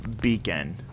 Beacon